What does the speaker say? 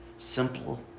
Simple